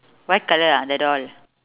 white colour ah the doll